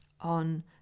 on